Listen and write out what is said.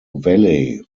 valley